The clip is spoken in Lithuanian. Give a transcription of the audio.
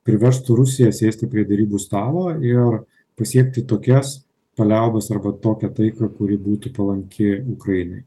priverstų rusiją sėsti prie derybų stalo ir pasiekti tokias paliaubas arba tokią taiką kuri būtų palanki ukrainai